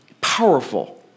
powerful